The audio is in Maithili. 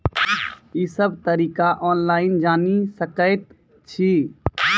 ई सब तरीका ऑनलाइन जानि सकैत छी?